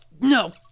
no